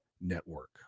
network